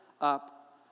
up